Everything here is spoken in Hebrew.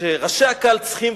שראשי הקהל צריכים,